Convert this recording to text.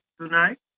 tonight